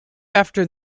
after